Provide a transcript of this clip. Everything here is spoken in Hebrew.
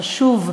חשוב,